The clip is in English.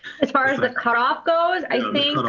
as far as the cutoff goes, i mean but